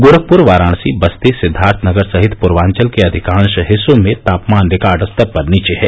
गोरखपुर वाराणसी बस्ती सिद्धार्थनगर सॉहित पूर्वांचल के अधिकांश हिस्सों में तापमान रिकॉर्ड स्तर पर नीचे है